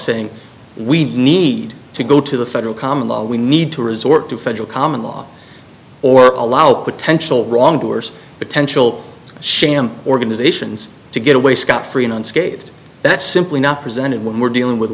saying we need to go to the federal common law we need to resort to federal common law or allow potential wrongdoers potential sham organizations to get away scot free unscathed that's simply not presented when we're dealing with